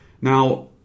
Now